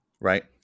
right